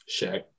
Shaq